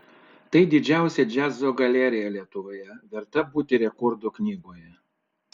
tai didžiausia džiazo galerija lietuvoje verta būti rekordų knygoje